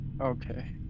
Okay